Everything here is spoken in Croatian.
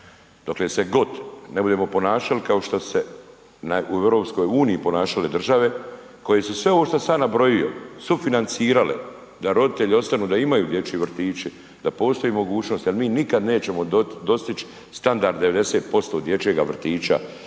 Dokle se god ne budemo ponašali kao što su se u EU ponašale države koje su sve ovo što sam ja nabrojio, sufinancirale da roditelji ostanu, da imaju dječji vrtići, da postoji mogućnost jer mi nikada nećemo dostić standard 90% dječjega vrtića